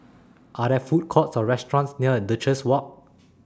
Are There Food Courts Or restaurants near Duchess Walk